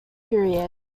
period